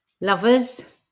lovers